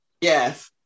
Yes